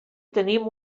tenim